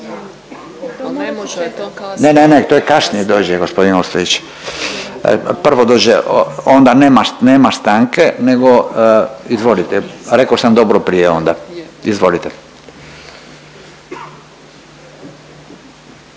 Ne, ne, ne, to je kasnije, nek dođe g. Ostojić. Prvo dođe onda nema, nema stanke nego izvolite, reko sam dobro prije onda, izvolite.